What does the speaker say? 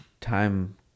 time